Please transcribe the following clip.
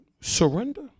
surrender